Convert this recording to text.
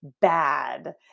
bad